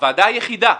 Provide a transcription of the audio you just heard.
הוועדה היחידה,